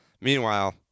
Meanwhile